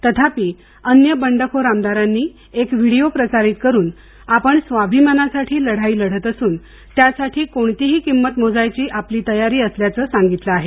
तथापि अन्य बंडखोर आमदारांनी एक व्हिडीओ प्रसारित करून आपण स्वाभिमानासाठी लढाई लढत असून त्यासाठी कोणतीही किंमत मोजायची आपली तयारी असल्याचं सांगितलं आहे